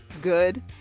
good